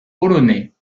polonais